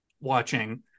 watching